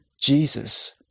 Jesus